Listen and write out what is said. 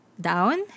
down